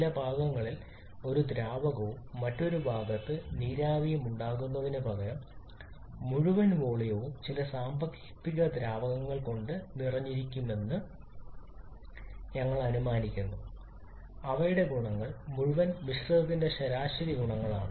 ചില ഭാഗങ്ങളിൽ ഒരു ദ്രാവകവും മറ്റൊരു ഭാഗത്ത് നീരാവിയും ഉണ്ടാകുന്നതിനുപകരം മുഴുവൻ വോളിയവും ചില സാങ്കൽപ്പിക ദ്രാവകങ്ങൾ കൊണ്ട് നിറഞ്ഞിരിക്കുമെന്ന് ഞങ്ങൾ അനുമാനിക്കുന്നു അവയുടെ ഗുണങ്ങൾ മുഴുവൻ മിശ്രിതത്തിന്റെ ശരാശരി ഗുണങ്ങളാണ്